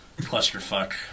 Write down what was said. clusterfuck